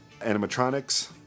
animatronics